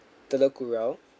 Telok Kurau